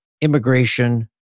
immigration